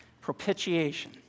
Propitiation